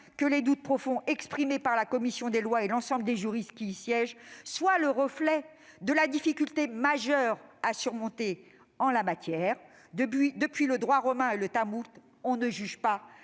que les doutes profonds exprimés par la commission des lois et l'ensemble des juristes qui y siègent soient le reflet de la difficulté majeure à surmonter en la matière : depuis le droit romain et le Talmud, « on ne juge pas